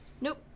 Nope